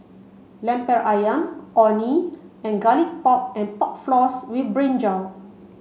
Lemper Ayam Orh Nee and garlic pork and pork floss with brinjal